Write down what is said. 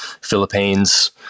Philippines